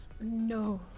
No